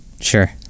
Sure